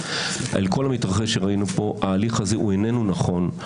על כל המתרחש שראינו כאן ההליך הזה הוא איננו נכון.